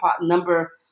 number